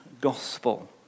gospel